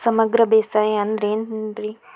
ಸಮಗ್ರ ಬೇಸಾಯ ಅಂದ್ರ ಏನ್ ರೇ?